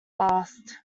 last